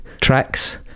tracks